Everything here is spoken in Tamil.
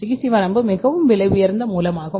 சிசி வரம்பு மிகவும் விலையுயர்ந்த மூலமாகும்